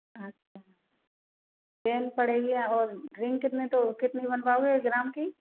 अच्छा चेन पड़ेगी और रिंग कितनी तो बनवाओगे एक ग्राम की